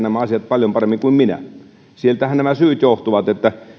nämä asiat paljon paremmin kuin minä sieltähän nämä syyt johtuvat